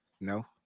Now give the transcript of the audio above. No